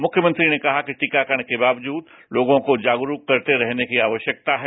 मुख्यमंत्री ने कहा कि टीकाकरण के बावजूद लोगों को जागरूक करते रहने की आवश्यकता है